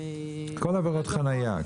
כל עבירות החניה.